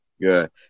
Good